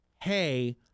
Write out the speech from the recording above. hey